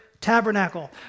tabernacle